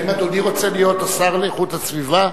האם אדוני רוצה להיות השר לאיכות הסביבה?